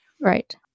Right